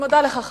אני מודה לך,